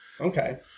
Okay